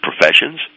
professions